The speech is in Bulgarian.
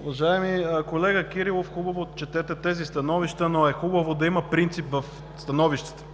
Уважаеми колега Кирилов, хубаво четете тези становища, но е хубаво да има принцип в становищата,